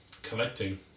Collecting